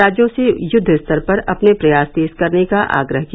राज्यों से यूद्व स्तर पर अपने प्रयास तेज करने का आग्रह किया